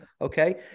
Okay